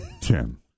Tim